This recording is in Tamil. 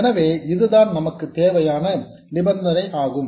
எனவே இதுதான் நமக்கு தேவையான நிபந்தனை ஆகும்